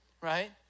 right